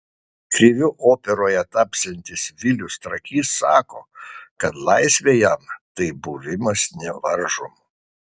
kriviu operoje tapsiantis vilius trakys sako kad laisvė jam tai buvimas nevaržomu